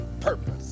purpose